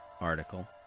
article